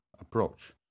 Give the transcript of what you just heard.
Approach